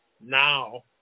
now